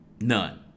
None